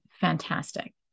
fantastic